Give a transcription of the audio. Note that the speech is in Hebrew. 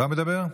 לא מדבר?